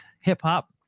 hip-hop